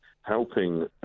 helping